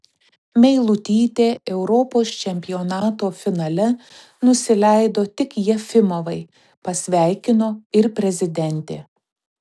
meilutytė europos čempionato finale nusileido tik jefimovai pasveikino ir prezidentė